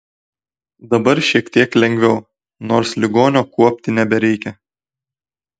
dabar šiek tiek lengviau nors ligonio kuopti nebereikia